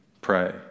Pray